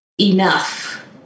enough